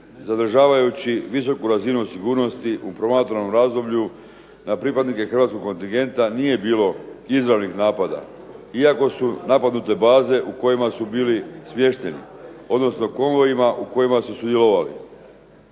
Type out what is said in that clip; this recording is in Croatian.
zadržavajući visoku razinu sigurnosti u promatranom razdoblju na pripadnike hrvatskog kontingenta nije bilo izravnih napada iako su napadnute baze u kojima su bili smješteni, odnosno konvojima u kojima su sudjelovali.